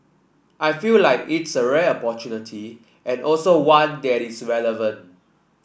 I feel like it's a rare opportunity and also one that is relevant